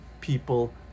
people